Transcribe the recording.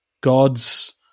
God's